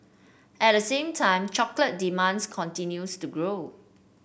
at the same time chocolate demands continues to grow